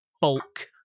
bulk